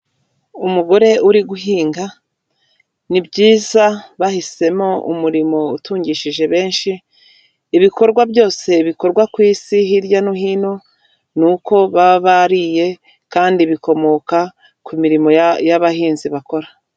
Umugore uri guhinga, ni byiza bahisemo umurimo utungishije benshi, ibikorwa byose bikorwa ku Isi hirya no hino, ni uko baba bariye, kandi bikomoka ku mirimo y'abahinzi bakora.